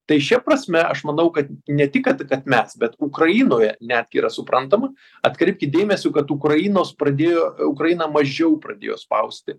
tai šia prasme aš manau kad ne tik kad kad mes bet ukrainoje netgi yra suprantama atkreipkit dėmesį kad ukrainos pradėjo ukraina mažiau pradėjo spausti